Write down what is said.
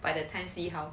by the time see how